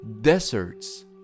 deserts